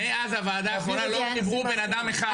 מאז הוועדה האחרונה לא חיברו בנאדם אחד.